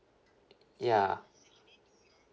ya